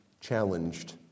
challenged